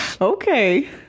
Okay